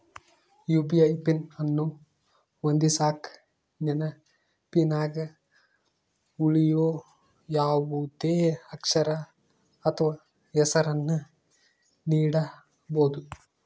UPI PIN ಅನ್ನು ಹೊಂದಿಸಕ ನೆನಪಿನಗ ಉಳಿಯೋ ಯಾವುದೇ ಅಕ್ಷರ ಅಥ್ವ ಹೆಸರನ್ನ ನೀಡಬೋದು